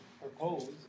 propose